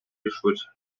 рішуче